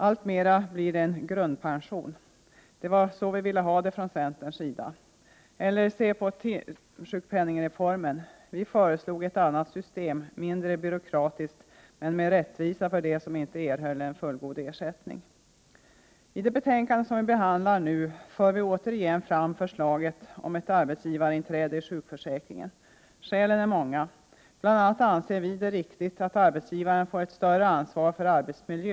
Alltmera blir de en grundpension, och det var så vi ville ha det från centerns sida. Eller se på timsjukpenningreformen; vi föreslog ett annat system, mindre byråkratiskt men med rättvisa för dem som inte erhöll fullgod ersättning. I det betänkande som vi behandlar nu för vi återigen fram förslaget om ett arbetsgivarinträde i sjukförsäkringen. Skälen är många. Bl.a. anser vi det riktigt att arbetsgivaren får ett större ansvar för arbetsmiljön.